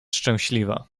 szczęśliwa